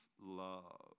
love